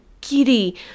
giddy